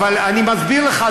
אני מסביר לך,